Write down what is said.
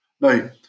Now